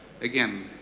again